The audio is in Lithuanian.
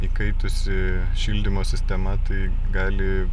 įkaitusi šildymo sistema tai gali